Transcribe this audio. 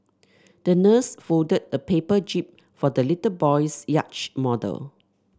the nurse folded a paper jib for the little boy's yacht model